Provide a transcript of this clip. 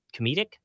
comedic